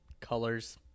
colors